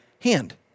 hand